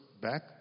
back